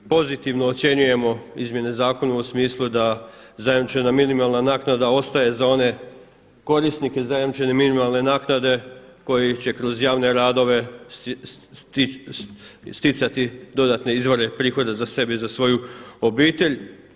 Pozitivno ocjenjujemo izmjene zakona u smislu da zajamčena minimalna naknada ostaje za one korisnike zajamčene minimalne naknade koji će kroz javne radove stjecati dodatne izvore prihoda za sebe i za svoju obitelj.